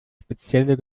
spezielle